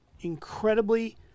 incredibly